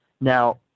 Now